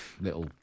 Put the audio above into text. little